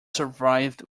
survived